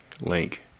link